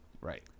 Right